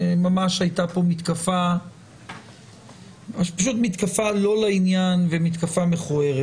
ממש הייתה פה מתקפה לא לעניין ומתקפה מכוערת.